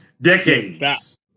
Decades